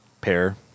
pair